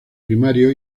primario